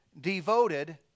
devoted